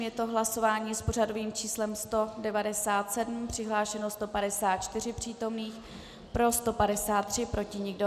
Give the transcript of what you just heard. Je to hlasování s pořadovým číslem 197, přihlášeno 154 přítomných, pro 153, proti nikdo.